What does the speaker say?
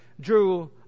drew